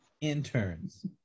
interns